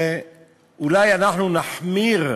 שאולי אנחנו נחמיר,